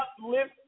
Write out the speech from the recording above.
uplift